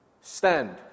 stand